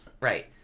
right